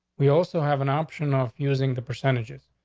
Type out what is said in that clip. we also have an option of using the percentages.